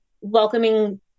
welcoming